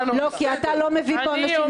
כי אתה לא מביא פה אנשים לוועדה.